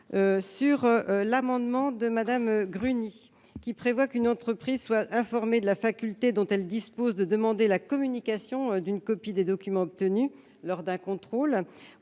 à l'amendement de Mme Gruny, il vise à ce qu'une entreprise soit informée de la faculté dont elle dispose de demander la communication d'une copie des documents que l'agent chargé d'un contrôle